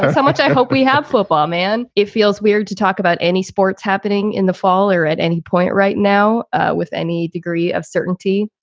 so much. i hope we have football, man. it feels weird to talk about any sports happening in the fall or at any point right now ah with any degree of certainty.